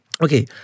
Okay